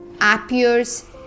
appears